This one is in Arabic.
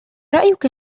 رأيك